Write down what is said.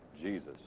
Jesus